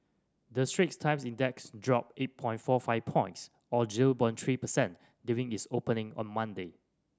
the Straits Times Index dropped eight point four five points or zero point three percent during its opening on Monday